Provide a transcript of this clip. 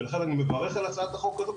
ולכן אני מברך על הצעת החוק הזו.